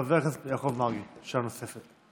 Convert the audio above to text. חבר הכנסת יעקב מרגי, שאלה נוספת.